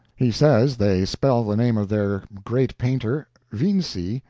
he says they spell the name of their great painter vinci,